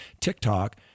TikTok